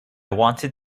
wanted